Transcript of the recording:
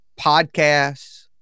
podcasts